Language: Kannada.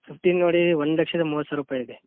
ಫಿಫ್ಟೀನ್ ನೋಡಿ ಒಂದು ಲಕ್ಷದ ಮೂವತ್ತು ಸಾವ್ರ ರೂಪಾಯಿ ಇದೆ